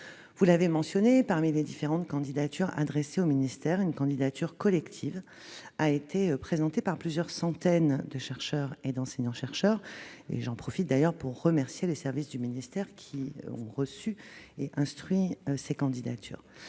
Vous l'avez mentionné, parmi les différents dossiers adressés au ministère, une candidature collective a été présentée par plusieurs centaines de chercheurs et d'enseignants-chercheurs. J'en profite pour remercier les services du ministère qui ont instruit ces candidatures.